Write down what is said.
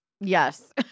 Yes